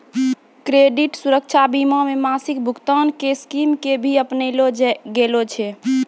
credit सुरक्षा बीमा मे मासिक भुगतान के स्कीम के भी अपनैलो गेल छै